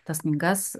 tas knygas